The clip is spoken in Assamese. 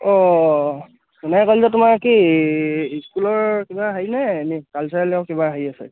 অঁ সোণাৰী কলেজত কি তোমাৰ কি স্কুলৰ কিবা হেৰিনে এনেই কালচাৰেলৰ কিবা হেৰি আছে